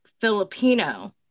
Filipino